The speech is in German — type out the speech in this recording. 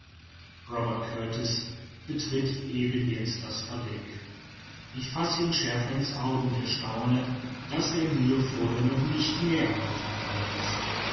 robert kurtis betritt eben jetzt das verdeck ich fasse ihn schärfer in's auge und erstaune daß er mir vorher noch nicht mehr aufgefallen ist